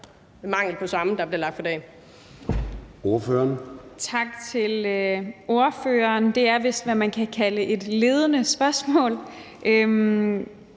eller mangel på samme, der bliver lagt for dagen.